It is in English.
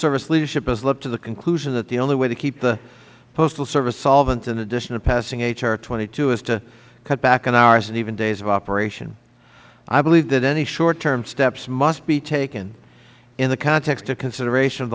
service leadership has leapt to the conclusion that the only way to keep the postal service solvent in addition to passing h r twenty two is to cut back on hours and even days of operation i believe that any short term steps must be taken in the context of consideration